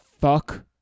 fuck